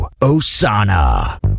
Osana